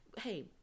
Hey